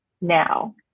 now